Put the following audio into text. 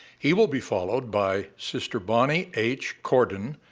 he will be followed by sister bonnie h. cordon,